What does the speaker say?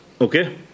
Okay